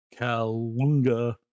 Kalunga